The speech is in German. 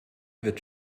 wird